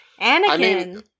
Anakin